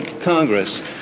Congress